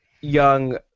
young